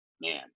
Man